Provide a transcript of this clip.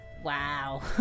wow